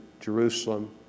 Jerusalem